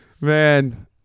man